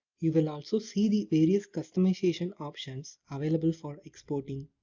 you will also see the various customization options available for exporting.